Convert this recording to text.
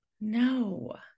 no